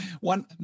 one